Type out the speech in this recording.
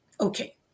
Okay